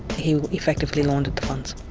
he effectively laundered the funds.